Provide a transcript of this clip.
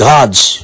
God's